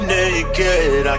naked